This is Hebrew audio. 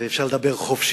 ואפשר לדבר חופשי.